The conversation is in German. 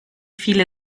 viele